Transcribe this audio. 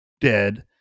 dead